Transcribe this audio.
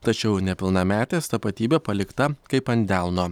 tačiau nepilnametės tapatybė palikta kaip ant delno